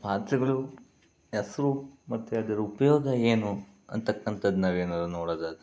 ಪಾತ್ರೆಗಳು ಹೆಸ್ರು ಮತ್ತೆ ಅದರ ಉಪಯೋಗ ಏನು ಅಂಥಕ್ಕಂಥದ್ದು ನಾವೇನಾದ್ರು ನೋಡೋದಾದರೆ